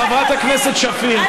חברת הכנסת שפיר.